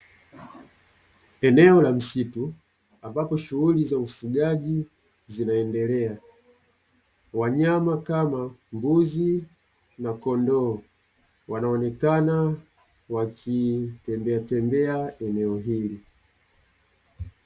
Eneo la msitu ambapo shughuli za ufugaji zinaendelea, wanyama kama mbuzi na kondoo wanaonekana wakitembea tembea katika eneo hili.